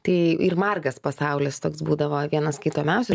tai ir margas pasaulis toks būdavo vienas skaitomiausių